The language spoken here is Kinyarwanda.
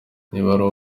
niba